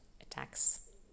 attacks